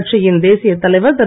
கட்சியின் தேசியத் தலைவர் திரு